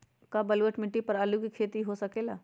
का बलूअट मिट्टी पर आलू के खेती हो सकेला?